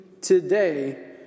today